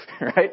right